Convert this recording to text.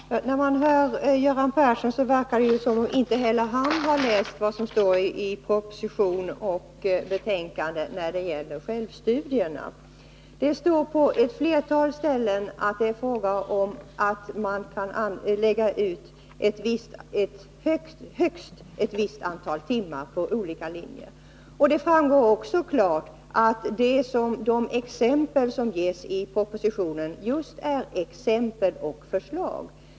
Herr talman! När man hör Göran Persson verkar det som om inte heller han har läst vad som står i propositionen och betänkandet när det gäller självstudierna. Det står på ett flertal ställen att det är fråga om att man kan lägga ut högst ett visst antal timmar på olika linjer som självstudier, och det framgår också klart att de exempel som ges i propositionen just är exempel och förslag.